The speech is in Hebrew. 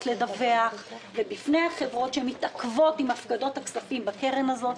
לדווח ובפני החברות שמתעכבות עם הפקדות הכספים בקרן הזו.